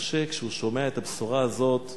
משה, כשהוא שומע את הבשורה הזאת,